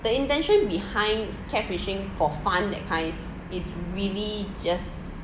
the intention behind cat fishing for fun that kind is really just